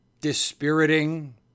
dispiriting